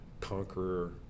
conqueror